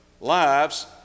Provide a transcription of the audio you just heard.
lives